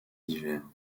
divers